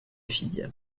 fille